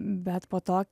bet po to